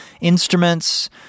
instruments